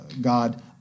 God